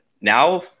now